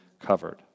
covered